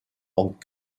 ont